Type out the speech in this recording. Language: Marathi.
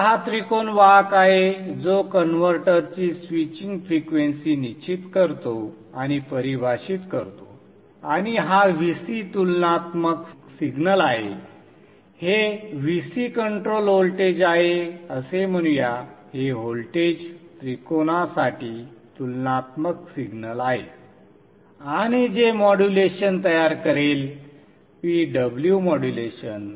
आता हा त्रिकोण वाहक आहे जो कनव्हर्टरची स्विचिंग फ्रिक्वेंसी निश्चित करतो आणि परिभाषित करतो आणि हा Vc तुलनात्मक सिग्नल आहे हे Vc कंट्रोल व्होल्टेज आहे असे म्हणूया हे व्होल्टेज त्रिकोणासाठी तुलनात्मक सिग्नल आहे आणि जे मॉड्यूलेशन तयार करेल PW मॉड्यूलेशन